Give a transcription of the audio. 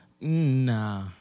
Nah